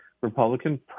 Republican